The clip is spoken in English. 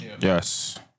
Yes